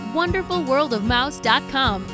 wonderfulworldofmouse.com